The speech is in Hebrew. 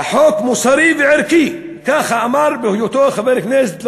החוק "מוסרי וערכי" ככה אמר בהיותו חבר כנסת,